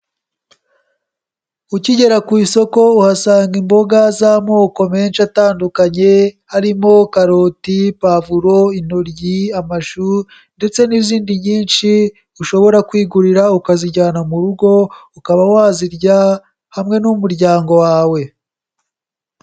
Ukigera ku isoko uhasanga imboga z'amoko menshi atandukanye, harimo: karoti, pavuro, intoryi, amashu, ndetse n'izindi nyinshi ushobora kwigurira ukazijyana mu rugo ukaba wazirya hamwe n'umuryango wawe.